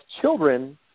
children